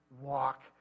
walk